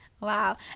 Wow